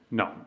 no